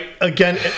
Again